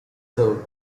served